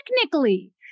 technically